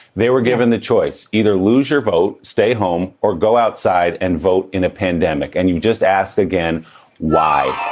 they were given the choice. either lose your vote, stay home or go outside and vote in a pandemic and you just ask again why